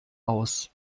aus